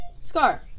Scar